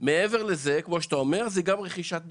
מעבר לזה זה גם רכישת מקצוע.